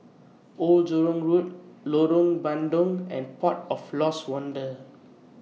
Old Jurong Road Lorong Bandang and Port of Lost Wonder